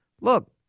look